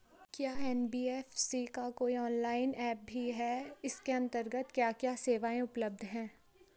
क्या एन.बी.एफ.सी का कोई ऑनलाइन ऐप भी है इसके अन्तर्गत क्या क्या सेवाएँ उपलब्ध हैं?